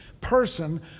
person